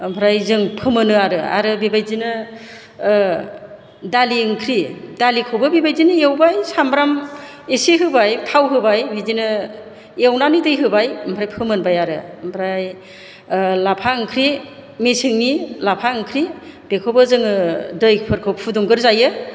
ओमफ्राय जों फोमोनो आरो आरो बेबायदिनो दालि ओंख्रि दालिखौबो बेबायदिनो एवबाय सामब्राम एसे होबाय थाव होबाय बिदिनो एवनानै दै होबाय ओमफ्राय फोमोनबाय आरो ओमफ्राय लाफा ओंख्रि मेसेंनि लाफा ओंख्रि बेखौबो जोङो दैफोरखौ फुदुंग्रोजायो